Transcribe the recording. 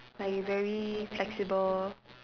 like you very flexible